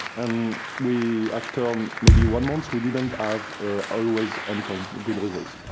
and we, after um maybe one month, we didn't have always on point good results.